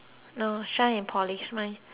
polish mine